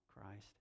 Christ